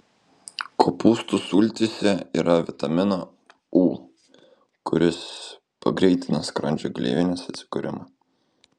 kopūstų sultyse yra vitamino u kuris pagreitina skrandžio gleivinės atsikūrimą